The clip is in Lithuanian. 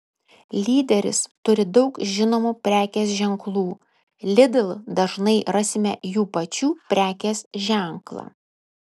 lyderis turi daug žinomų prekės ženklų lidl dažnai rasime jų pačių prekės ženklą